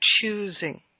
choosing